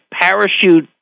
parachute